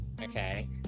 Okay